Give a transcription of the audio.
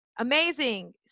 Amazing